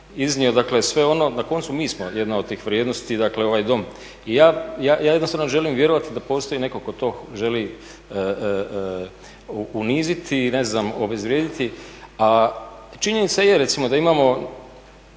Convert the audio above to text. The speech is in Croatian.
dakle sve ono, na koncu mi smo jedna od tih vrijednosti, dakle ovaj dom. Ja jednostavno želim vjerovati da postoji neko ko to želi uniziti, ne znam obezvrijediti. A činjenica je recimo